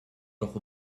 doch